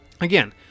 Again